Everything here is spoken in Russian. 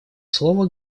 слово